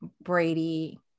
Brady